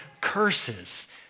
curses